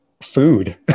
food